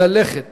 ללכת